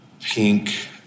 pink